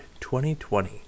2020